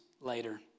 later